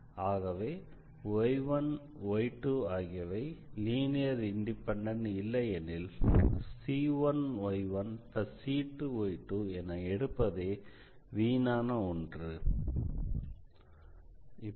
ஆகவே y1y2 ஆகியவை linear independent இல்லை எனில் c1y1c2y2 என எடுப்பதே வீணான ஒன்று